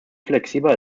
flexibler